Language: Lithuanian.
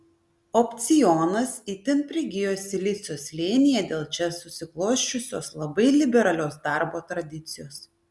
opcionas itin prigijo silicio slėnyje dėl čia susiklosčiusios labai liberalios darbo tradicijos